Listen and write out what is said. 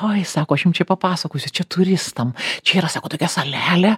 oi sako aš jum čia papasakosiu čia turistam čia yra sako tokia salelė